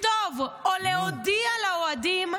לכתוב או להודיע לאוהדים: